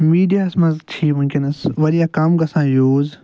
میٖڈیاہس منٛز چھِ یہِ وٕنکٮ۪نس واریاہ کم گژھان یوٗز